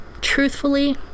Truthfully